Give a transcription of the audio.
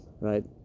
right